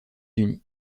unis